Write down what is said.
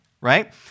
right